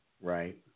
Right